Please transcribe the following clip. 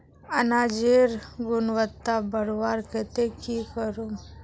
अनाजेर गुणवत्ता बढ़वार केते की करूम?